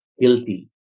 guilty